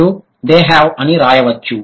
మీరు they have అని వ్రాయవచ్చు